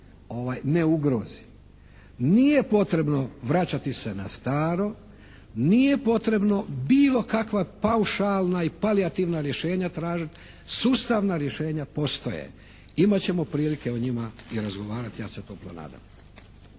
ne ugrozi. Nije potrebno vraćati se na staro, nije potrebno bilo kakva paušalna i palijativna rješenja tražiti, sustavna rješenja postoje. Imat ćemo prilike o njima i razgovarati ja se toplo nadam.